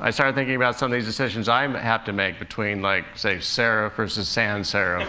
i started thinking about some of these decisions i um have to make between, like, so serif versus san-serif.